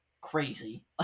crazy